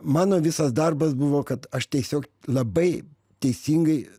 mano visas darbas buvo kad aš tiesiog labai teisingai